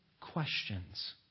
questions